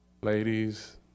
ladies